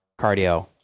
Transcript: cardio